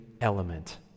element